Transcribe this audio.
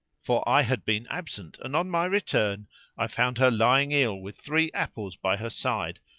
for i had been absent and on my return i found her lying ill with three apples by her side,